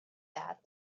that